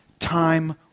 Time